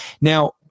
Now